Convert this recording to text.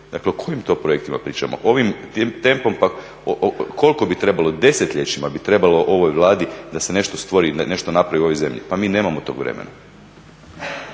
Dakle o kojim to projektima pričamo? Ovim tempom pa koliko bi trebalo, desetljećima bi trebalo ovoj Vladi da se nešto stvori i nešto napravi u ovoj zemlji. Pa mi nemamo tog vremena.